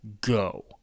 go